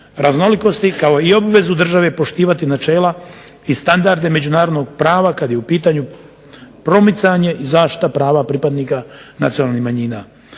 raznolikosti kao i obvezu države poštivati načela i standarde međunarodnog prava kad je u pitanju promicanje i zaštita prava pripadnika nacionalnih manjina.